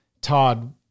Todd